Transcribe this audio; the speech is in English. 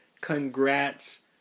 congrats